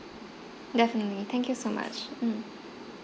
definitely thank you so much mm